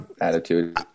attitude